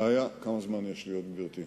כמה זמן יש לי, גברתי?